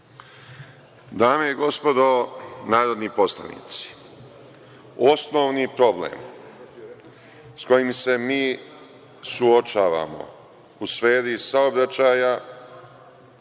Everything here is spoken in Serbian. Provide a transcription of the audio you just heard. Dame i gospodo narodni poslanici, osnovni problem s kojim se mi suočavamo u sferi saobraćaja